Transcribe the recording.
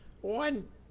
One